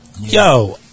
Yo